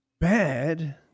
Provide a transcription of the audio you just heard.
bad